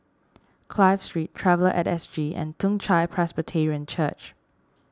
Clive Street Traveller at S G and Toong Chai Presbyterian Church